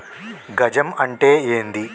గజం అంటే ఏంది?